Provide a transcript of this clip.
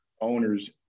owners